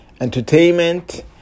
entertainment